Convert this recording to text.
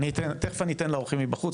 תכף אני אתן לאורחים מבחוץ,